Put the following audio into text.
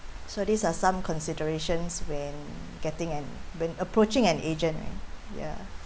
so these are some considerations when getting an when approaching an agent right ya